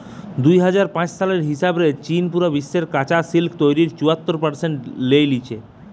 দুই হাজার পাঁচ সালের হিসাব রে চীন পুরা বিশ্বের কাচা সিল্ক তইরির চুয়াত্তর পারসেন্ট লেই লিচে